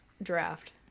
draft